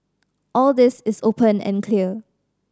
all this is open and clear